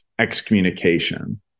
excommunication